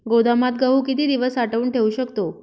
गोदामात गहू किती दिवस साठवून ठेवू शकतो?